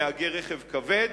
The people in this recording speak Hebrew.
נהגי רכב כבד.